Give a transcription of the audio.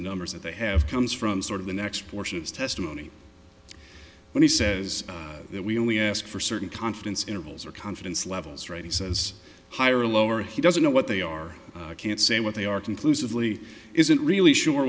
the numbers that they have comes from sort of the next portion of the testimony when he says that we only ask for certain confidence intervals or confidence levels right he says higher or lower he doesn't know what they are can't say what they are conclusively isn't really sure